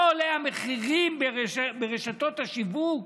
לא עולים המחירים ברשת ברשתות השיווק?